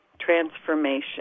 transformation